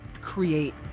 create